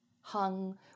hung